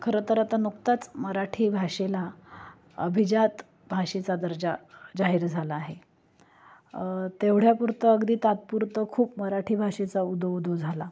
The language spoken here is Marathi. खरं तर आता नुकताच मराठी भाषेला अभिजात भाषेचा दर्जा जाहिर झाला आहे तेवढ्यापुरतं अगदी तात्पुरतं खूप मराठी भाषेचा उदो उदो झाला